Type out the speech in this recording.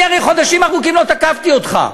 אני הרי חודשים ארוכים לא תקפתי אותך.